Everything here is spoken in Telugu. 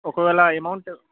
ఒకవేళ అమౌంట్